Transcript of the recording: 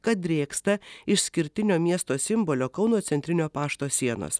kad drėksta išskirtinio miesto simbolio kauno centrinio pašto sienos